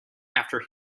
after